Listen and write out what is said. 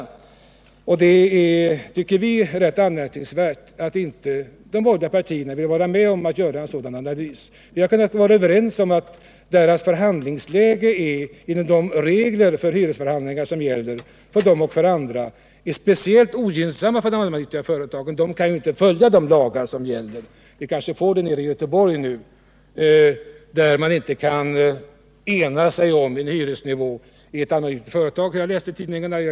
Vi tycker att det är rätt anmärkningsvärt att de borgerliga partierna inte vill vara med om att göra en sådan analys. Jag kan instämma i att de allmännyttiga företagens förhandlingsläge enligt gällande regler för hyresförhandlingar är speciellt ogynnsamt. De kan inte hävda sig enligt de lagar som gäller. Vi kanske får en situation nere i Göteborg nu där man inte kan ena sig om en hyresnivå i ett allmännyttigt företag. Jag läste i tidningen om detta.